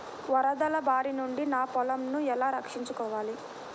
వరదల భారి నుండి నా పొలంను ఎలా రక్షించుకోవాలి?